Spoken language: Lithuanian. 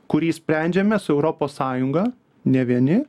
kurį sprendžiame su europos sąjunga ne vieni